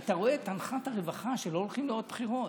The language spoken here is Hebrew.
אתה רואה את אנחת הרווחה שלא הולכים לעוד בחירות.